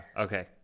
okay